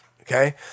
okay